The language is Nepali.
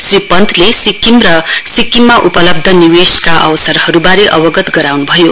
श्री पन्तले सिक्किम र सिक्किममा उपलब्ध निवेषका अवसरहरूबारे अवगत गराउनु भयो